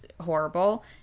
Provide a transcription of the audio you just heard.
horrible